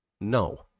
No